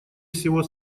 всего